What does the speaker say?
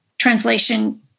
Translation